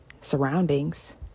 surroundings